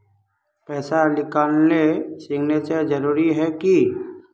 पैसा निकालने सिग्नेचर जरुरी है की?